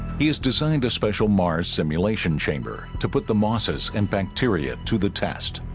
he has designed a special mars simulation chamber to put the mosses and bacteria to the test